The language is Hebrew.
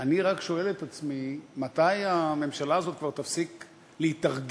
אני רק שואל את עצמי מתי כבר הממשלה הזאת תפסיק להתארגן.